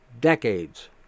decades